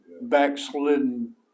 backslidden